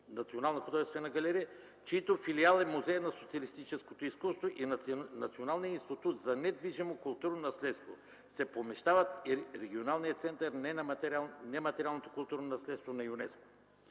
Национална художествена галерия, чиито филиал е Музеят на социалистическото изкуство и Националният институт за недвижимо културно наследство, се помещават и Регионалният център за опазване на нематериалното културно наследство на ЮНЕСКО,